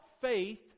faith